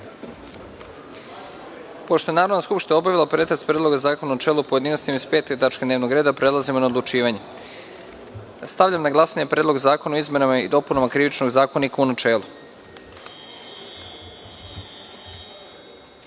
je Narodna skupština obavila pretres predloga zakona u načelu i pojedinostima iz pete tačke dnevnog reda, prelazimo na odlučivanje. Stavljam na glasanje Predlog zakona o izmenama i dopunama Krivičnog zakonika u